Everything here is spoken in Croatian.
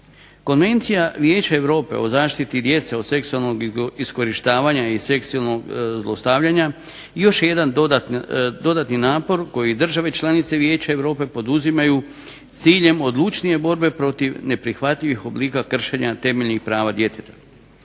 Konvencija vijeća Europe o zaštiti djece od seksualnog iskorištavanja i zlostavljanja još je jedan dodatni napor koji države članice Vijeća Europe poduzimaju s ciljem odlučnije borbe protiv neprihvatljivih oblika kršenja temeljnih prava djeteta.